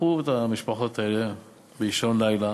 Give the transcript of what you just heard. לקחו את המשפחות האלה באישון לילה,